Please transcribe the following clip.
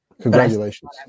Congratulations